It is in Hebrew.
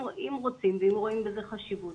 אם רוצים ואם רואים בזה חשיבות,